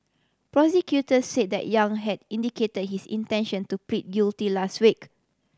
prosecutor said that Yang had indicate his intention to plead guilty last week